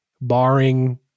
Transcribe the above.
barring